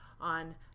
on